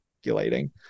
speculating